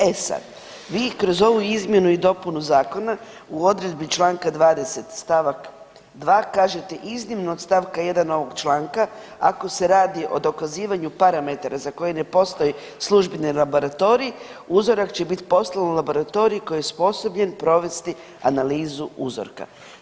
E sad, vi kroz ovu izmjenu i dopunu zakona u odredbi Članka 20. stavak 2. kažete iznimno od stavka 1. ovog članka ako se radi o dokazivanju parametara za koje ne postoji službeni laboratorij uzorak će biti poslan u laboratorij koji je osposobljen provesti analizu uzorka.